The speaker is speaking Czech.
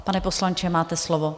Pane poslanče, máte slovo.